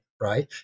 right